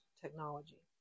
technology